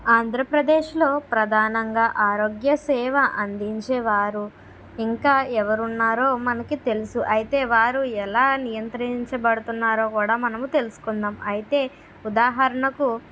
ఆంధ్రప్రదేశ్లో ప్రధానంగా ఆరోగ్య సేవ అందించే వారు ఇంకా ఎవరున్నారో మనకు తెలుసు అయితే వారు ఎలా నియంత్రించబడుతున్నారో కూడా మనం తెలుసుకుందాం అయితే ఉదాహరణకు